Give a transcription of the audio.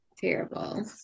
Terrible